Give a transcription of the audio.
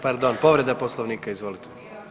Pardon, povreda Poslovnika, izvolite.